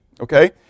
Okay